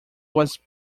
was